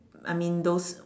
I mean those